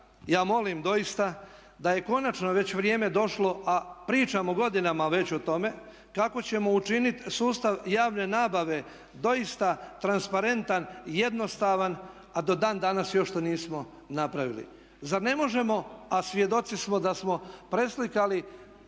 ja molim doista da je konačno već vrijeme došlo, a pričamo godinama već o tome, kako ćemo učiniti sustav javne nabave doista transparentan, jednostavan a do dan danas još to nismo napravili. Zar ne možemo, a svjedoci smo da smo preslikali